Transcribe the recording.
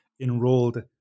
enrolled